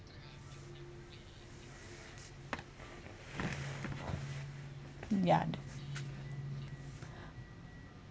ya